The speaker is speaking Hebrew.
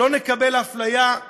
לא נקבל אפליה,